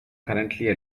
currently